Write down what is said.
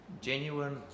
genuine